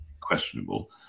questionable